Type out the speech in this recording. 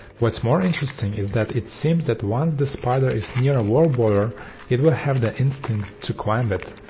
what's more interesting is that it seems that once the spider is near a world border it will have the instinct to climb it.